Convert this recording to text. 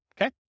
okay